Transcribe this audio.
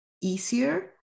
easier